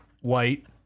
white